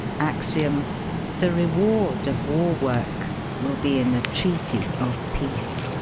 axiom the reward of war-work will be in the treaty of peace.